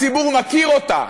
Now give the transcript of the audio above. הציבור מכיר אותה?